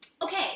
Okay